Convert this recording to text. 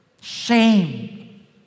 Shame